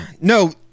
no